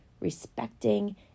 respecting